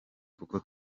kuko